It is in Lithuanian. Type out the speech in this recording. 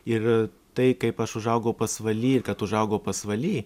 ir tai kaip aš užaugau pasvaly ir kad užaugau pasvaly